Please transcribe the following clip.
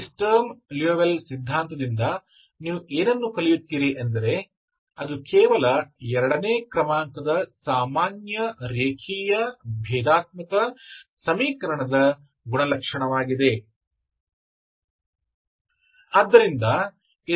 ಆದ್ದರಿಂದ ಈ Sturm Liouville ಸಿದ್ಧಾಂತ ದಿಂದ ನೀವು ಏನನ್ನು ಕಲಿಯುತ್ತೀರಿ ಎಂದರೆ ಅದು ಕೇವಲ ಎರಡನೇ ಕ್ರಮಾಂಕದ ಸಾಮಾನ್ಯ ರೇಖೀಯ ಭೇದಾತ್ಮಕ ಸಮೀಕರಣದ ಗುಣಲಕ್ಷಣವಾಗಿದೆ